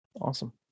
awesome